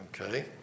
okay